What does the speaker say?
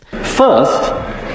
First